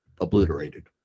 obliterated